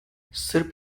sırp